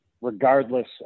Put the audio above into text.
regardless